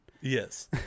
Yes